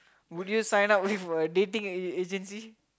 would you sign up with for a dating a~ agency